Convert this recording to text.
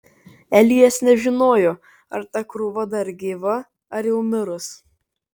elijas nežinojo ar ta kūrva dar gyva ar jau mirus